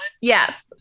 Yes